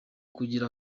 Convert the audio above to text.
kugira